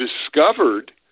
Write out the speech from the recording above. discovered